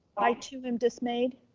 i too am dismayed.